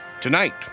Tonight